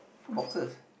what boxes